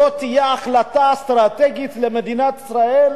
זאת תהיה החלטה אסטרטגית למדינת ישראל,